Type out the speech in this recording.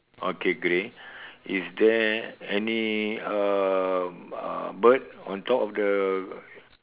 okay grey is there any um uh bird on top of the